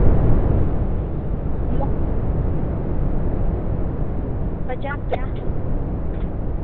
गुलाब पचास रुपया